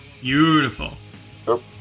Beautiful